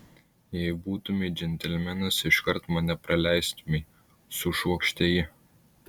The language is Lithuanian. jei būtumei džentelmenas iškart mane praleistumei sušvokštė ji